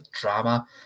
drama